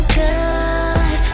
good